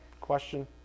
question